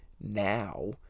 now